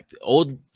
Old